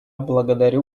благодарю